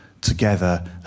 together